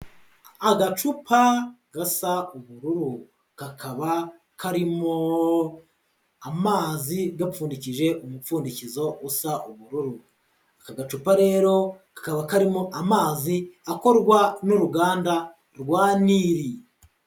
Agacupa gasa ubururu, kakaba karimo amazi gapfundikije umupfundikizo usa ubururu, aka gacupa rero kakaba karimo amazi akorwa n'uruganda rwa Nile.